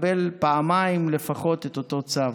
מקבלים פעמיים לפחות את אותו צו.